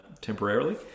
temporarily